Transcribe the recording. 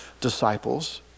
disciples